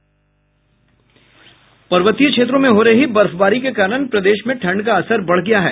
पर्वतीय क्षेत्रों में हो रही बर्फबारी के कारण प्रदेश में ठंड का असर बढ़ गया है